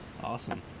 Awesome